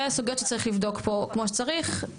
זה הסוגיות שצריך לבדוק פה כמו שצריך,